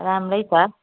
राम्रै छ